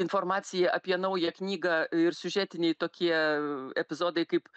informacija apie naują knygą ir siužetiniai tokie epizodai kaip